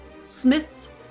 Smith